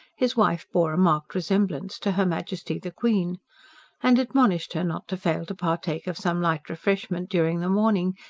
his wife bore a marked resemblance to her majesty the queen and admonished her not to fail to partake of some light refreshment during the morning,